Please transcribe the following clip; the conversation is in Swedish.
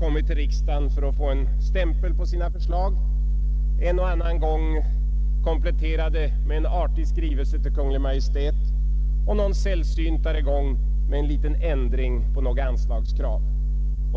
kommit till riksdagen för att få en stämpel på sina förslag, en och annan gång kompletterade med en artig skrivelse till Kungl. Maj:t och någon sällsyntare gång med en liten ändring av något anslagskrav.